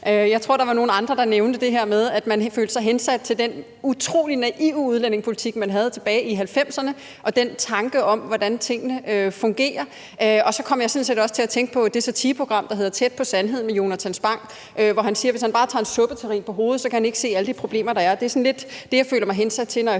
Jeg tror, at der var nogle andre, der nævnte det her med, at man følte sig hensat til den utrolig naive udlændingepolitik, man havde tilbage i 1990'erne, og den tanke om, hvordan tingene fungerer. Og så kom jeg sådan set også til at tænke på det satireprogram, der hedder »Tæt på sandheden« med Jonatan Spang, hvor han siger, at hvis han bare tager en suppeterrin over hovedet, kan han ikke se alle de problemer, der er. Det er sådan lidt det, jeg føler mig hensat til, når jeg